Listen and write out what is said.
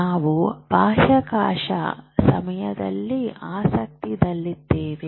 ನಾವು ಬಾಹ್ಯಾಕಾಶ ಸಮಯದಲ್ಲಿ ಅಸ್ತಿತ್ವದಲ್ಲಿದ್ದೇವೆ